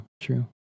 True